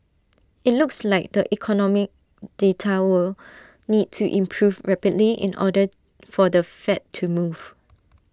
IT looks like the economic data will need to improve rapidly in order for the fed to move